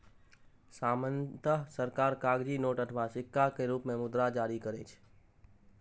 सामान्यतः सरकार कागजी नोट अथवा सिक्का के रूप मे मुद्रा जारी करै छै